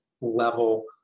level